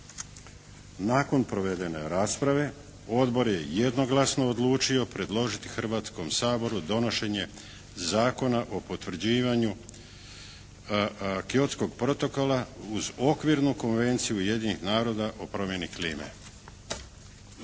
Nakon provedene rasprave odbor je jednoglasno odlučio predložiti Hrvatskom saboru donošenje Zakona o potvrđivanju Kyotskog protokola uz Okvirnu konvenciju Ujedinjenih naroda o promjeni klime.